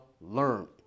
learn